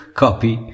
copy